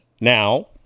now